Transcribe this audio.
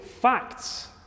facts